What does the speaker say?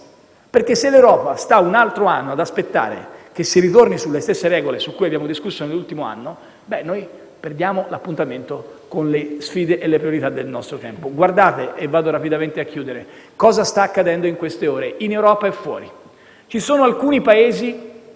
perché se stiamo un altro anno ad aspettare che si ritorni sulle stesse regole su cui abbiamo discusso nell'ultimo anno, perdiamo l'appuntamento con le sfide e le priorità del nostro tempo. Guardate - e mio avvio rapidamente a concludere - cosa sta accadendo in queste ore in Europa e fuori: ci sono alcuni Paesi,